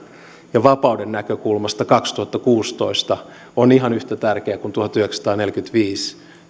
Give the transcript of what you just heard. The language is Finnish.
ja vapauden näkökulmasta kaksituhattakuusitoista on ihan yhtä tärkeä kuin tuhatyhdeksänsataaneljäkymmentäviisi